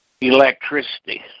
electricity